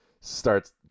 starts